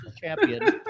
champion